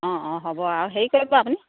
অঁ অঁ হ'ব আৰু হেৰি কৰিব আপুনি